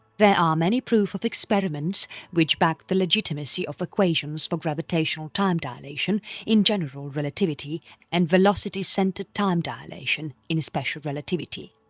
there are many proof of experiments which back the legitimacy of equations for gravitational time dilation in general relativity and velocity centred time dilation in special relativity.